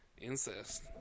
incest